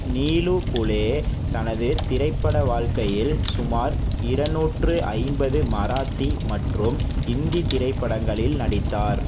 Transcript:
நீலு புலே தனது திரைப்பட வாழ்க்கையில் சுமார் இரநூற்று ஐம்பது மராத்தி மற்றும் ஹிந்தி திரைப்படங்களில் நடித்தார்